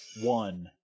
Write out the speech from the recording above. One